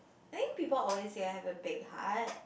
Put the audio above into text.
I think people always say I have a big heart